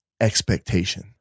expectation